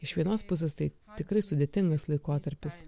iš vienos pusės tai tikrai sudėtingas laikotarpis